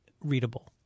readable